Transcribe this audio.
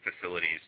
facilities